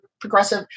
progressive